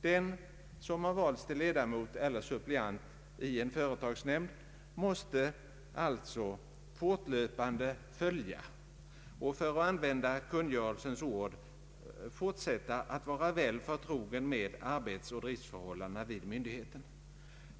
Den som valts till ledamot eller suppleant i en företagsnämnd måste alltså fortlöpande följa och — för att använda kungörelsens ord — fortsätta att vara väl förtrogen med arbetsoch driftsförhållandena vid myndigheten.